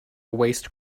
waste